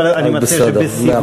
אבל אני מציע שבסיבוב,